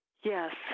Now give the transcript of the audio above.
Yes